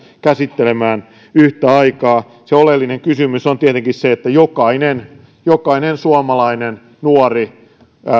käsittelemään yhtä aikaa oleellinen kysymys on tietenkin se että jokainen jokainen suomalainen nuori